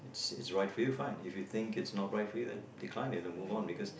is right for you fine if you think is not right for you then you kind have to move on because